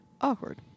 Awkward